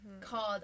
called